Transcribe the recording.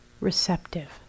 receptive